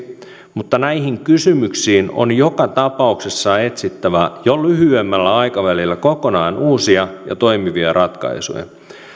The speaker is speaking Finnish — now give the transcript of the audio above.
mutta näihin kysymyksiin on joka tapauksessa etsittävä jo lyhyemmällä aikavälillä kokonaan uusia ja toimivia ratkaisuja